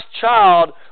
child